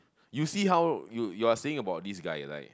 you see how you you are saying about this guy right